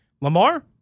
Lamar